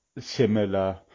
similar